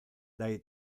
dai